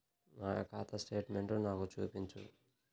నా ఖాతా స్టేట్మెంట్ను నాకు చూపించు